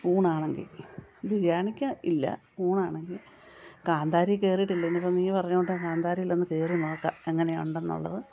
ഊണാണെങ്കിൽ ബിരിയാണിക്ക് ഇല്ല ഊണാണെങ്കിൽ കാന്താരി കയറീട്ടില്ല ഇനി ഇപ്പം നീ പറഞ്ഞ കൊണ്ടാണ് കാന്താരീലൊന്ന് കയറി നോക്കാം എങ്ങനെ ഉണ്ടെന്നുള്ളത്